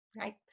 Right